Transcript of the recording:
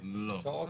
שיכולים.